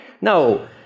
no